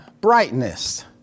brightness